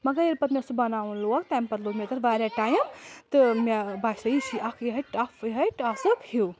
مگر ییٚلہِ پَتہٕ مےٚ سُہ بَناوُن لوگ تَمہِ پَتہٕ لوٚگ مےٚ تَتھ واریاہ ٹایِم تہٕ مےٚ باسِیٚو یہِ چھِ اَکھ یِہے ٹَف یِہے ٹاسپ ہیوٗ